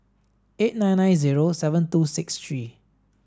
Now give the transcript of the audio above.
eight nine nine zero seven two six three